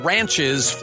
Ranches